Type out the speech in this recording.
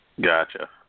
Gotcha